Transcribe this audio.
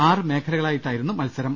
O മേഖലകളായിട്ടായിരുന്നു മത്സരം